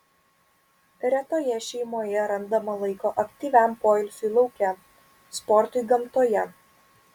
retoje šeimoje randama laiko aktyviam poilsiui lauke sportui gamtoje